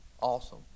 Awesome